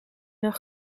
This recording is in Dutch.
een